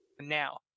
now